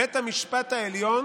בית המשפט העליון